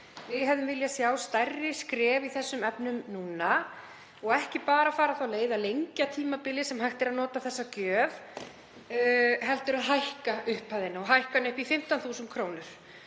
Við hefðum viljað sjá stærri skref í þessum efnum núna og ekki bara að fara þá leið að lengja tímabilið sem hægt er að nota þessa gjöf heldur að hækka upphæðina upp í 15.000 kr.